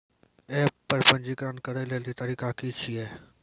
App पर पंजीकरण करै लेली तरीका की छियै?